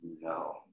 No